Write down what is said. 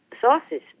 sources